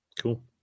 Cool